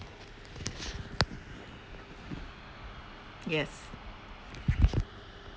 yes